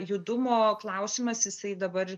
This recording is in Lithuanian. judumo klausimas jisai dabar